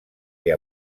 que